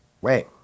Wait